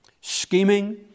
scheming